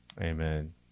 Amen